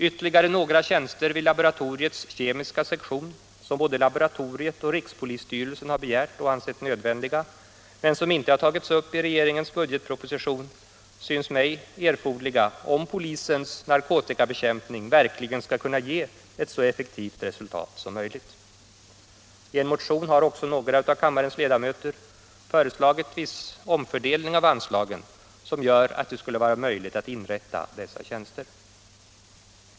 Ytterligare några tjänster vid laboratoriets kemiska sektion, som både laboratoriet och rikspolisstyrelsen har begärt och ansett nödvändiga, men som inte tagits upp i regeringens budgetproposition, syns mig därför erforderliga om polisens narkotikabekämpning verkligen Allmänpolitisk debatt Allmänpolitisk debatt skall kunna ge ett så effektivt resultat som möjligt. I en motion har också några av kammarens ledamöter föreslagit viss omfördelning av anslagen, som skulle göra det möjligt att inrätta dessa tjänster.